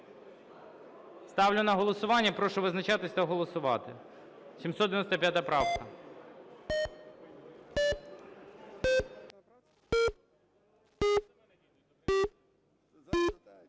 Ставлю на голосування. Прошу визначатись та голосувати. 795 правка.